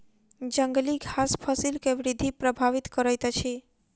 जंगली घास फसिल के वृद्धि प्रभावित करैत अछि